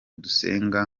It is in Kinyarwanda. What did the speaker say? dusenga